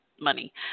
money